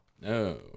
No